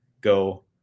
go